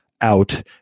out